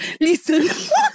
listen